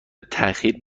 تاخیر